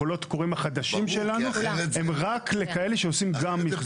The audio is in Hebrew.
הקולות קוראים החדשים שלנו הם רק לכאלה שעושים גם מחזור.